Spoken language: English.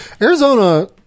Arizona